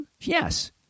yes